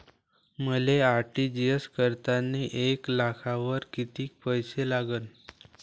मले आर.टी.जी.एस करतांनी एक लाखावर कितीक पैसे लागन?